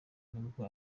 n’ubwo